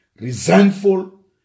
resentful